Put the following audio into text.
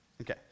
Okay